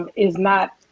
is not,